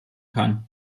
kann